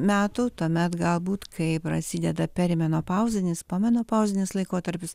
metų tuomet galbūt kai prasideda perimenopauzės pomenopauzinis laikotarpis